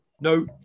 No